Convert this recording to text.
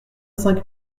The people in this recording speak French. cinq